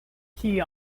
key